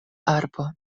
arbo